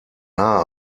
nahe